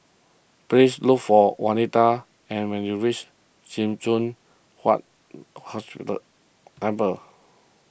please look for Wanita and when you reach Sim Choon Huat Hospital Temple